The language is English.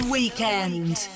Weekend